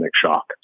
shock